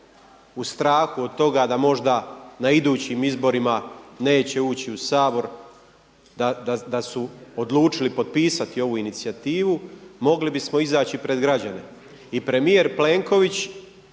u strahu od toga da možda na idućim izborima neće ući u Sabor, da su odlučili potpisati ovu inicijativu mogli bismo izaći pred građane.